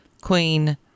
Queen